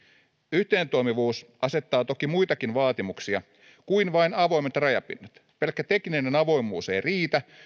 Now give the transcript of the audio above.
yhteen toimivuus asettaa toki muitakin vaatimuksia kuin vain avoimet rajapinnat pelkkä tekninen avoimuus ei riitä